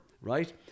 Right